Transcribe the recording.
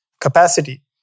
capacity